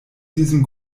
diesem